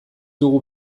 dugu